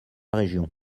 région